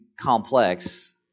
complex